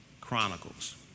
Chronicles